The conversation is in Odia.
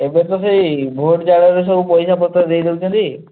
ଏବେ ତ ସେଇ ଭୋଟ୍ ଜାଳରେ ସବୁ ପଇସା ପତ୍ର ଦେଇ ଦେଉଛନ୍ତି